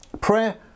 Prayer